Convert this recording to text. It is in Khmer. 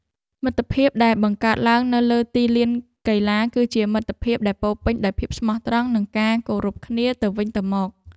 មិត្តភាពដែលបង្កើតឡើងនៅលើទីលានកីឡាគឺជាមិត្តភាពដែលពោរពេញដោយភាពស្មោះត្រង់និងការគោរពគ្នាទៅវិញទៅមក។